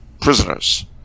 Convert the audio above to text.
Prisoners